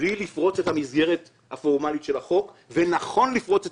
בלי לפרוץ את המסגרת של החוק ונכון לפרוץ את